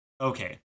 okay